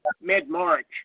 mid-March